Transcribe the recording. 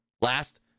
Last